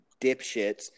dipshits